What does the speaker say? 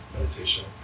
meditation